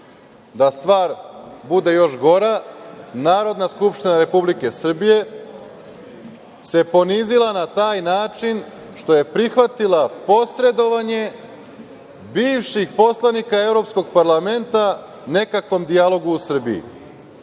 da stvar bude još gora, Narodna skupština Republike Srbije se ponizila na taj način što je prihvatila posredovanje bivših poslanika Evropskog parlamenta nekakvom dijalogu u Srbiji.